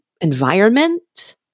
environment